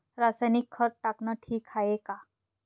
रासायनिक खत टाकनं ठीक हाये का?